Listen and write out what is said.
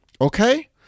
Okay